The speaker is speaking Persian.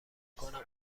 کنم